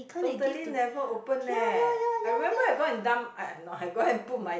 totally never open eh I remember I go and dump I I no I go and put my